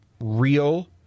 real